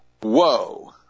whoa